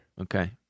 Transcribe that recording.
Okay